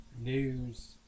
news